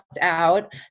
out